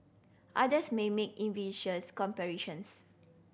others may make comparisons